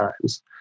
times